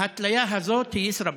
ההתליה הזאת היא ישראבלוף.